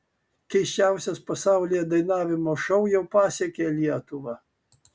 keisčiausias pasaulyje dainavimo šou jau pasiekė lietuvą